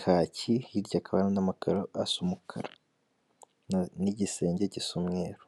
kaki, hirya hakaba hari n'amakaro asa umukara, n'igisenge gisa umweru.